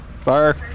Sir